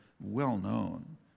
well-known